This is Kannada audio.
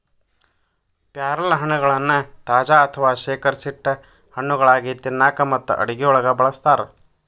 ಪ್ಯಾರಲಹಣ್ಣಗಳನ್ನ ತಾಜಾ ಅಥವಾ ಶೇಖರಿಸಿಟ್ಟ ಹಣ್ಣುಗಳಾಗಿ ತಿನ್ನಾಕ ಮತ್ತು ಅಡುಗೆಯೊಳಗ ಬಳಸ್ತಾರ